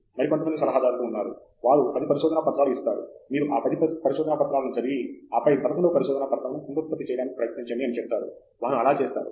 మరి కొంతమంది సలహాదారులు ఉన్నారు వారు 10 పరిశోధనా పత్రాలు ఇస్తారు మీరు ఆ 10 పరిశోధనా పత్రాలను చదివి ఆపై 11 వ పరిశోధనా పత్రమును పునరుత్పత్తి చేయటానికి ప్రయత్నించండి అని చెప్తారు వారు అలా చేస్తారు